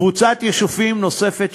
וקבוצת יישובים נוספת,